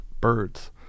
birds